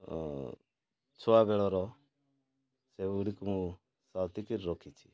ଛୁଆବେଳର ସେଗୁଡ଼ିକୁ ମୁଁ ସାଉତିକି କରି ରଖିଛି